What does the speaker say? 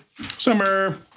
summer